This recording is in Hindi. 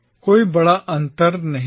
कोई बड़ा चक्कर नहीं था